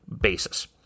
basis